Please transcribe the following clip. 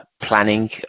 planning